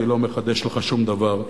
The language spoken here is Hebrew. אני לא מחדש לך שום דבר,